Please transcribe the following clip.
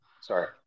Sorry